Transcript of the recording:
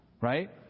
right